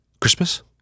Christmas